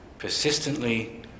Persistently